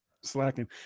slacking